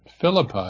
Philippi